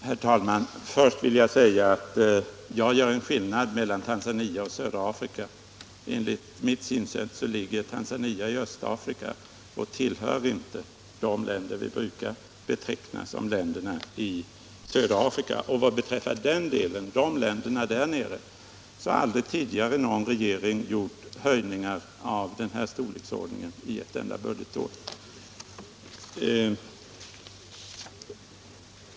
Herr talman! Först vill jag framhålla att jag gör skillnad mellan Tanzania och södra Afrika. Enligt mitt synsätt ligger Tanzania i Östafrika och tillhör inte de länder som vi brukar beteckna såsom länderna i södra Afrika. Beträffande de senare länderna har aldrig tidigare någon regering gjort höjningar av denna storlek under ett enda budgetår.